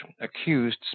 accused